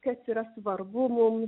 kas yra svarbu mum